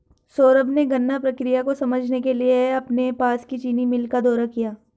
सौरभ ने गन्ना प्रक्रिया को समझने के लिए अपने पास की चीनी मिल का दौरा किया